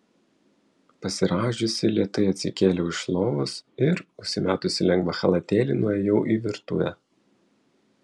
pasirąžiusi lėtai atsikėliau iš lovos ir užsimetusi lengvą chalatėlį nuėjau į virtuvę